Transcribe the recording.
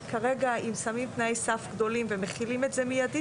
כי כרגע אם שמים תנאי סף גדולים ומכילים את זה מיידית,